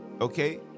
okay